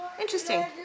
Interesting